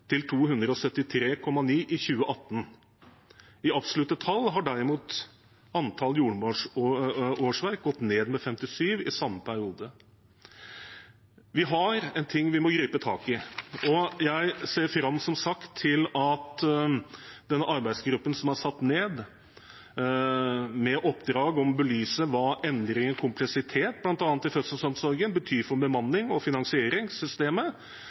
til 273,9 i 2018. I absolutte tall har derimot antall jordmorårsverk gått ned med 57 i samme periode. Vi har en ting vi må gripe tak i, og jeg ser fram til, som sagt, at den arbeidsgruppen som er satt ned med oppdrag om å belyse hva endringer i kompleksitet, bl.a., i fødselsomsorgen betyr for bemanning og for finansieringssystemet.